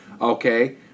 Okay